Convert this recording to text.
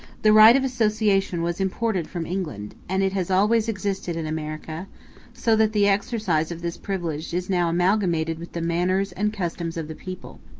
the right of association was imported from england, and it has always existed in america so that the exercise of this privilege is now amalgamated with the manners and customs of the people.